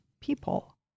people